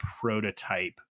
prototype